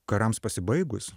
karams pasibaigus